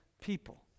people